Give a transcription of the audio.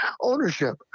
Ownership